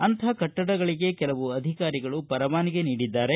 ಅಂಥ ಕಟ್ಟಡಗಳಿಗೆ ಕೆಲವು ಅಧಿಕಾರಿಗಳು ಪರವಾನಗಿ ನೀಡಿದ್ದಾರೆ